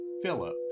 Philip